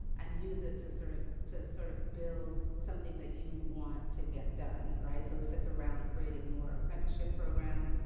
and use it to sort of to sort of build something that you want to get done, right? so if it's around creating more apprenticeship programs,